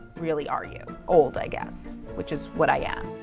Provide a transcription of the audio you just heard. really, are you? old, i guess, which is what i am.